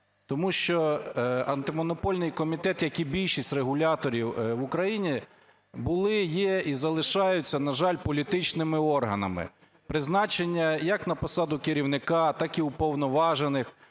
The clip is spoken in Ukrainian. Тому що Антимонопольний комітет, як і більшість регуляторів в Україні, були, є і залишаються, на жаль, політичними органами. Призначення як на посаду керівника, так і уповноважених